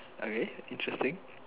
okay interesting